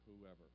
whoever